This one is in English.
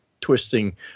twisting